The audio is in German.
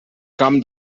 kam